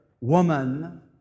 woman